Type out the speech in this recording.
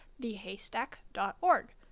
thehaystack.org